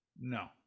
No